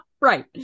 right